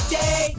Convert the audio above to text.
day